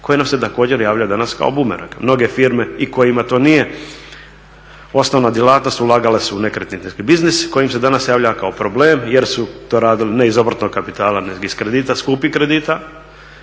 koji nam se također javlja danas kao bumerang. Mnoge firme i kojima to nije osnovna djelatnost ulagale su u nekretninski biznis koji im se danas javlja kao problem jer su to radili ne iz obrtnog kapitala nego iz kredita, skupih kredita